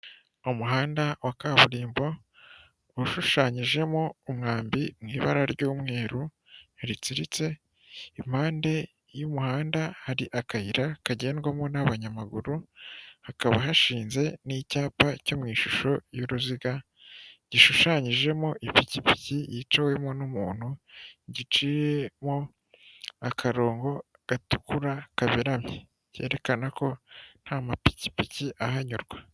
Ni umuhanda wa kaburimbo ushushanyijemo umwambi mu ibara ry'umweru ritsiritse, impande y'umuhanda hari akayira kagendwamo n'abanyamaguru hakaba hashinze n'icyapa cyo mu ishusho y'uruziga gishushanyijemo ipikipiki yiciwemo n'umuntu giciyemo akarongo gatukura kaberamye kerekana ko nta mapikipiki ahanyurwa.